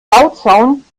bauzaun